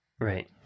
Right